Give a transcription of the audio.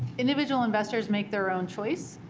individual investors make their own choice.